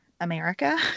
America